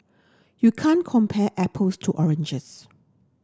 you can't compare apples to oranges